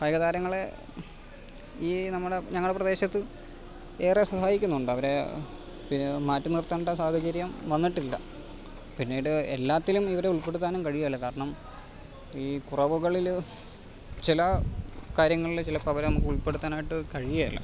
കായികതാരങ്ങളെ ഈ നമ്മുടെ ഞങ്ങളുടെ പ്രദേശത്ത് ഏറെ സഹായിക്കുന്നുണ്ട് അവരെ പിന്നെ മാറ്റിനിർത്തേണ്ട സാഹചര്യം വന്നിട്ടില്ല പിന്നീട് എല്ലാത്തിലും ഇവരെ ഉൾപ്പെടുത്തുവാനും കഴിയില്ല കാരണം ഈ കുറവുകളിൽ ചില കാര്യങ്ങളിൽ ചിലപ്പം അവരെ നമുക്ക് ഉൾപ്പെടുത്താനായിട്ട് കഴിയില്ല